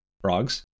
Frogs